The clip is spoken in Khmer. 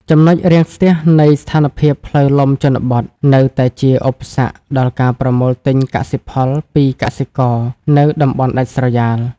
ចំណុចរាំងស្ទះនៃស្ថានភាពផ្លូវលំជនបទ នៅតែជាឧបសគ្គដល់ការប្រមូលទិញកសិផលពីកសិករនៅតំបន់ដាច់ស្រយាល។